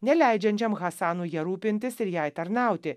neleidžiančiam hasanui ja rūpintis ir jai tarnauti